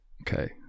Okay